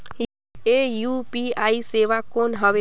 ये यू.पी.आई सेवा कौन हवे?